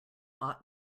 ought